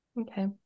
Okay